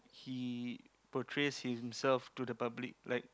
he portrays himself to the public like